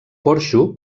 porxo